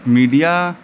media